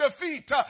defeat